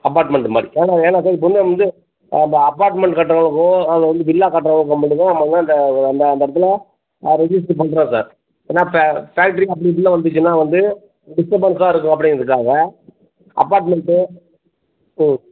apartment மாதிரி வேணாம் வேணாம் சார் இப்போ வந்து நம்ம வந்து அப் அப்பார்ட்மெண்ட் கட்டுறதுக்கோ அதில் வந்து வில்லா கட்டுறதுக்கோ மட்டும்தான் நம்ம அந்த அந்த இடத்துல ரிஜிஸ்ட்ரு பண்ணுறோம் சார் ஏன்னால் பே பேக்ட்ரி அப்படி இப்படின்னு வந்துச்சுன்னால் வந்து டிஸ்ட்டபன்ஸ்ஸாக இருக்கும் அப்படிக்கிறதுக்காக அப்பார்ட்மெண்ட்டு ம்